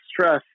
stress